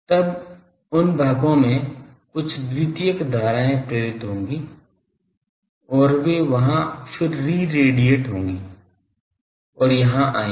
तब उन भागों में कुछ द्वितीयक धाराएँ प्रेरित होंगी और वे वहां फिर री रेडिएट होंगी और यहाँ आएंगी